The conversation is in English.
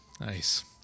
nice